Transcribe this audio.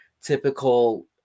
typical